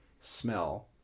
smell